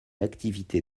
l’activité